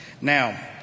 Now